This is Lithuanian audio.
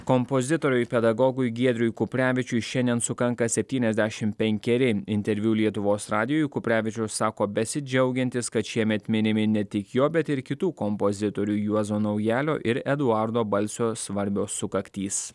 kompozitoriui pedagogui giedriui kuprevičiui šiandien sukanka septyniasdešim penkeri interviu lietuvos radijui kuprevičiaus sako besidžiaugiantis kad šiemet minimi ne tik jo bet ir kitų kompozitorių juozo naujalio ir eduardo balsio svarbios sukaktys